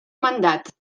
mandat